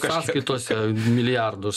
sąskaitose milijardus